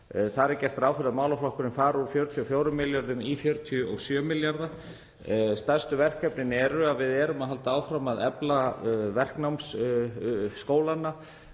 Gert er ráð fyrir að málaflokkurinn fari úr 44 milljörðum í 47 milljarða. Stærstu verkefnin eru að við erum að halda áfram að efla verknámsskólana.